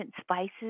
spices